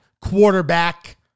quarterback